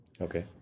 Okay